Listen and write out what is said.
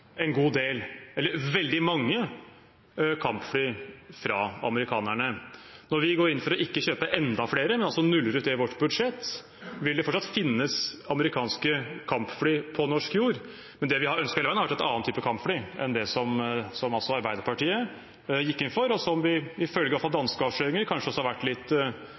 en god del – eller veldig mange – kampfly fra amerikanerne. Når vi går inn for ikke å kjøpe enda flere, men altså nuller ut det i vårt budsjett, vil det fortsatt finnes amerikanske kampfly på norsk jord. Det vi har ønsket hele veien, har vært en annen type kampfly enn det som altså Arbeiderpartiet gikk inn for, og der det kanskje også, iallfall ifølge danske avsløringer, har vært litt